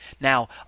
Now